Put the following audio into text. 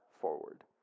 forward